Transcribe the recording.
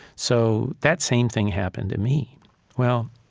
so that same thing happened to me well,